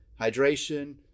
hydration